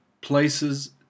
places